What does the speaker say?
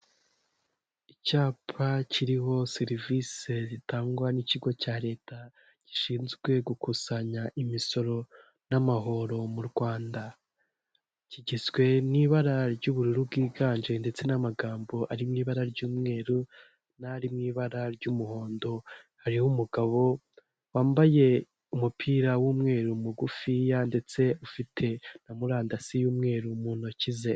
Icyapa kiriho serivisi zitangwa n'ikigo cya leta gishinzwe gukusanya imisoro n'amahoro mu Rwanda kigizwe n'ibara ry'ubururu bwiganje ndetse n'amagambo ari mu ibara ry'umweru n'aw'ibara ry'umuhondo hariho umugabo wambaye umupira w'umweru mugufi yanditse ufite na murandasi y'umweru mu ntoki ze.